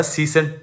Season